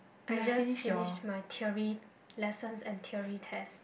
I just finish my theory lessons and theory test